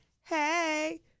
hey